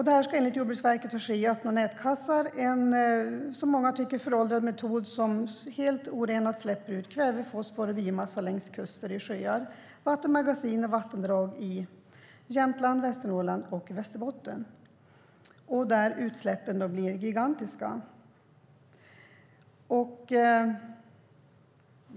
Det här ska enligt Jordbruksverket ske med öppna nätkassar - en som många anser föråldrad metod där det släpps ut orenat kväve, fosfor och biomassa längs kuster och i sjöar, vattenmagasin och vattendrag. I Jämtland och i Västernorrland och Västerbotten blir då utsläppen gigantiska.